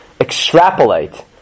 extrapolate